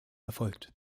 erfolgt